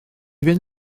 fynd